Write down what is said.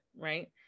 right